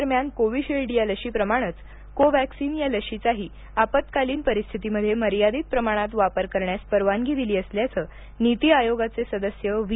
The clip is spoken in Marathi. दरम्यान कोविशिल्ड या लशीप्रमाणेच कोव्हॅक्सीन या लशीचाही आपत्कालीन परिस्थितीमध्ये मर्यादित प्रमाणात वापर करण्यास परवानगी दिली असल्याचं नीती आयोगाचे सदस्य व्ही